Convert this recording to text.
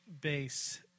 base